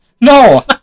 No